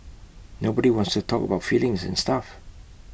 nobody wants to talk about feelings and stuff